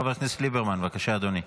חבר הכנסת ליברמן, בבקשה, אדוני.